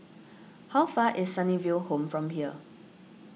how far away is Sunnyville Home from here